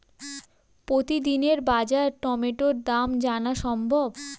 প্রতিদিনের বাজার টমেটোর দাম জানা সম্ভব?